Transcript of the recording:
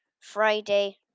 Friday